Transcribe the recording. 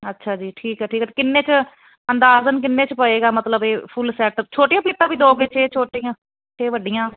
ਅੱਛਾ ਜੀ ਠੀਕ ਆ ਠੀਕ ਕਿੰਨੇ ਚ ਅੰਦਾਜ਼ਨ ਕਿੰਨੇ ਚ ਪਏਗਾ ਮਤਲਬ ਇਹ ਫੁੱਲ ਸੈਟ ਛੋਟੀਆਂ ਪਲੇਟਾਂ ਵੀ ਦੋ ਇਹ ਛੋਟੀਆਂ ਤੇ ਵੱਡੀਆਂ